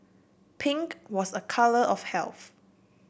pink was a colour of health